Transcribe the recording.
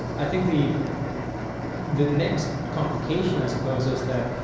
i think the the next complication, i suppose, is that